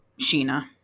Sheena